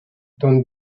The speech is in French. don